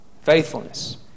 faithfulness